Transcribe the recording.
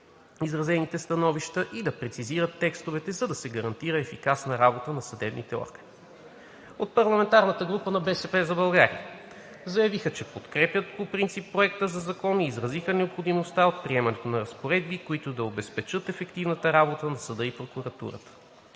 изразените становища и да прецизират текстовете, за да се гарантира ефикасната работа на съдебните органи. От парламентарната група на „БСП за България“ заявиха, че подкрепят по принцип Проекта на закон и изразиха необходимостта от приемането на разпоредби, които да обезпечат ефективната работа на съда и прокуратурата.